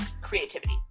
creativity